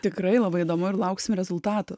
tikrai labai įdomu ir lauksim rezultatų